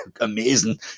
amazing